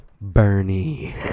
Bernie